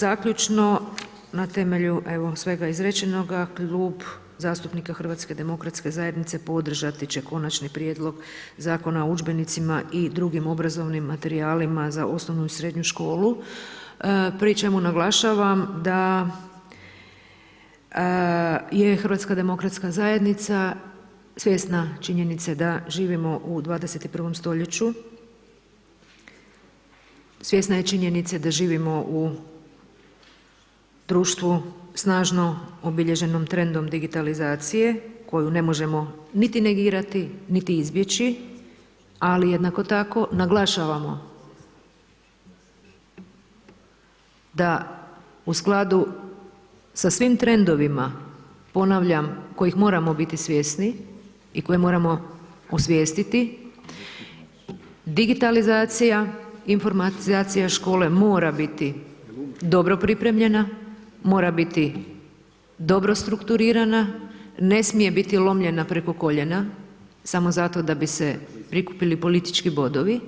Dakle, zaključno, na temelju evo svega izrečenog, Klub zastupnika HDZ-a podržati će Konačni prijedlog Zakon o udžbenicima i drugim obrazovnim materijalima za osnovnu i srednju školu pri čemu naglašavam da je HDZ svjesna činjenice da živimo u 21. st., svjesna je činjenice da živimo u društvu snažno obilježenom trendom digitalizacije koju ne možemo niti negirati niti izbjeći ali jednako tako naglašavamo da u skladu sa svim trendovima ponavljam, kojih moramo biti svjesni i koje moramo osvijestiti, digitalizacija, informatizacija škole mora biti dobro pripremljena, mora biti dobro strukturirana, ne smije biti lomljena preko koljena samo zato da bi se prikupili politički bodovi,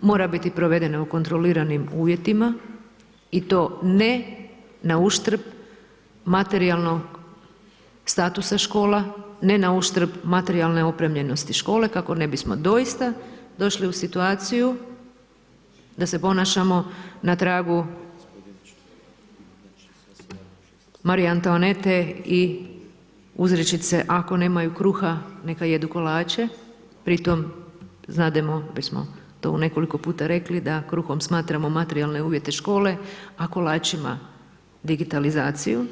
mora biti provedena u kontroliranim uvjetima i to ne nauštrb materijalnog statusa škola, ne nauštrb materijalne opremljenosti škole kako ne bismo doista došli u situaciju da se ponašamo na tragu Marije Antoanete i uzrečice „Ako nemaju kruha, neka jedu kolače“, pritom znademo, već smo to nekoliko puta rekli da kruhom smatramo materijalne uvjete škole a kolačima digitalizaciju.